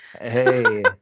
hey